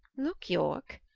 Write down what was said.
looke yorke,